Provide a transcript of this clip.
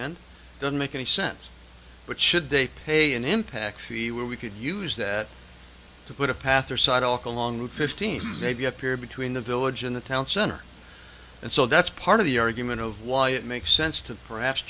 end doesn't make any sense but should they pay an impact be where we could use that to put a path or site alkali fifteen maybe up here between the village and the town center and so that's part of the argument of why it makes sense to perhaps